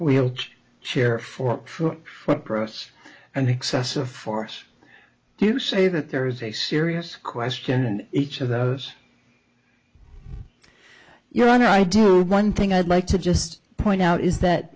wheel chair for process and excessive force do you say that there is a serious question and each of those your honor i do one thing i'd like to just point out is that